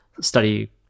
study